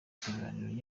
kiganiro